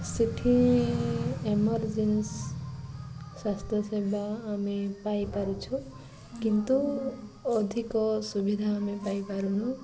ସେଠି ଏମର୍ଜେନ୍ସି ସ୍ୱାସ୍ଥ୍ୟ ସେବା ଆମେ ପାଇପାରୁଛୁ କିନ୍ତୁ ଅଧିକ ସୁବିଧା ଆମେ ପାଇପାରୁନୁ